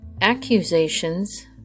accusations